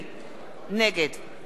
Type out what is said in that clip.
נגד דב חנין,